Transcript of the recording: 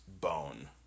Bone